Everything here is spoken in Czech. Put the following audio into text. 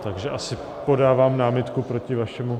Takže asi podávám námitku proti vašemu...